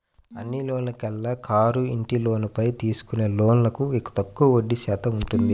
అన్ని లోన్లలోకెల్లా కారు, ఇంటి లోన్లపై తీసుకునే లోన్లకు తక్కువగా వడ్డీ శాతం ఉంటుంది